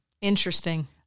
interesting